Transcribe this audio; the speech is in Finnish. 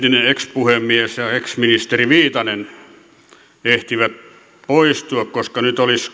ex puhemies ja ex ministeri viitanen ehtivät poistua koska nyt olisi